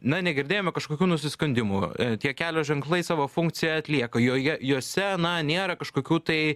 na negirdėjome kažkokių nusiskundimų tie kelio ženklai savo funkciją atlieka joje jose na nėra kažkokių tai